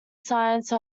science